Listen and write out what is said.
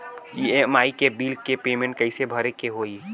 EMI bill के payment कइसे करे के होई?